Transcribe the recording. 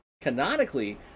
canonically